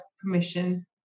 permission